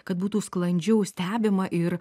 kad būtų sklandžiau stebima ir